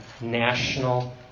national